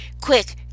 Quick